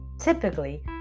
Typically